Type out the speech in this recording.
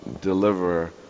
deliver